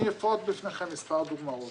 אני אפרוט בפניכם מספר דוגמאות.